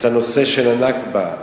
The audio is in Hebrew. את הנושא של ה"נכבה",